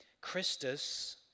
Christus